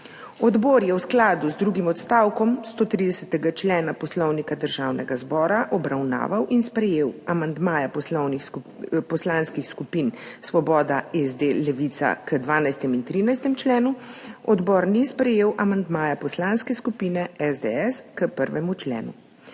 Odbor je v skladu z drugim odstavkom 130. člena Poslovnika Državnega zbora obravnaval in sprejel amandmaje Poslanskih skupin Svoboda, SD, Levica k 12. in 13. členu, odbor ni sprejel amandmaja Poslanske skupine SDS k 1. členu.